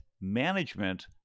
management